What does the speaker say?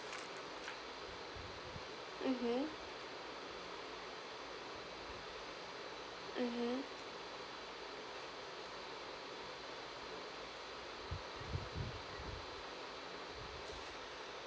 mmhmm mmhmm